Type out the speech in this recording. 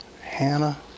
Hannah